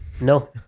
No